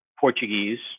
Portuguese